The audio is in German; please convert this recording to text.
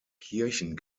kirchen